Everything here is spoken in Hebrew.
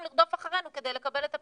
לרדוף אחרינו כדי לקבל את הפיצוי.